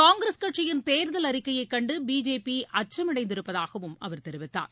காங்கிரஸ் கட்சியின் தேர்தல் அறிக்கையை கண்டு பிஜேபி அச்சம் அடைந்திருப்பதாகவும் அவர் தெரிவித்தார்